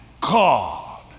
God